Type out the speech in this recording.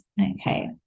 okay